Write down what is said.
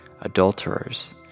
adulterers